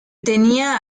tenían